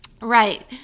Right